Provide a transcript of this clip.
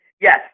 Yes